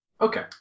Okay